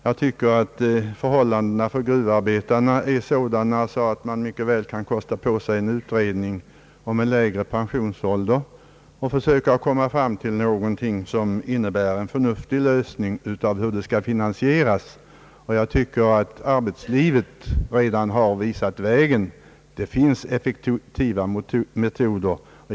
Jag tycker att förhållandena för gruvarbetarna är sådana att man mycket väl kan kosta på sig en utredning om en lägre pensionsålder och försöka komma fram till någonting som innebär en förnuftig lösning på finansieringsproblemet. Jag anser att arbetslivet redan har visat vägen. Det finns effektiva metoder.